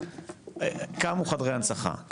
קמו חדרי הנצחה,